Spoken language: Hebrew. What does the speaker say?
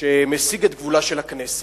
שמסיג את גבולה של הכנסת.